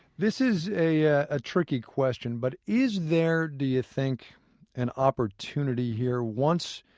this is a ah ah tricky question, but is there do you think an opportunity here? once